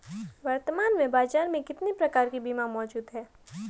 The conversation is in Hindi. वर्तमान में बाज़ार में कितने प्रकार के बीमा मौजूद हैं?